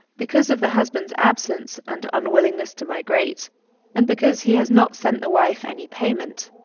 because of the husband's absence and unwillingness to migrate and because he has not sent the wife any payment,